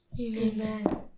Amen